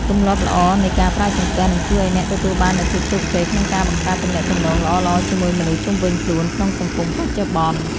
ទម្លាប់ល្អនៃការប្រើចង្កឹះនឹងជួយឱ្យអ្នកទទួលបាននូវភាពជោគជ័យក្នុងការបង្កើតទំនាក់ទំនងល្អៗជាមួយមនុស្សជុំវិញខ្លួនក្នុងសង្គមបច្ចុប្បន្ន។